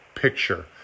picture